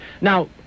now